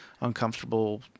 uncomfortable